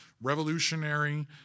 revolutionary